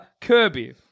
Kirby